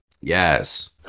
Yes